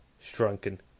shrunken